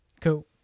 Cool